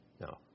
No